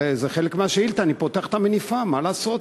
זה חלק מהשאילתה, אני פותח את המניפה, מה לעשות.